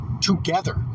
together